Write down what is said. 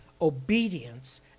obedience